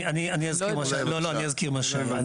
אני אזכיר משהו.